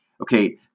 okay